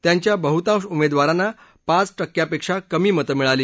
त्यांच्या बहृतांश उमेदवारांना पाच टक्क्यापेक्षा कमी मतं मिळाली